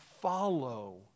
follow